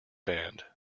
band